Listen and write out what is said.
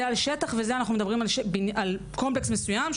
זה על שטח וזה אנחנו מדברים על קומפלקס מסוים,